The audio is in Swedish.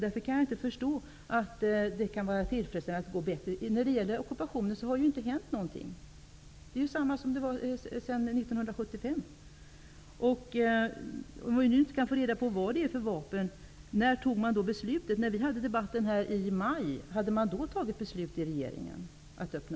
Därför kan jag inte förstå hur utvecklingen kan anses vara tillfredsställande. När det gäller ockupationen har ingenting hänt. Situationen är densamma som 1975. Om jag nu inte kan få reda på vad det är för vapen som exporteras, kanske jag kan få veta när beslutet fattades. Vi debatterade denna fråga här i maj. Hade regeringen då fattat beslut om att öppna möjligheterna?